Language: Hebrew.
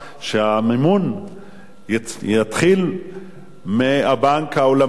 שהמימון יתחיל מהבנק העולמי.